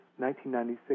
1996